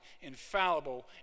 infallible